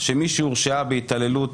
שמי שהורשעה בהתעללות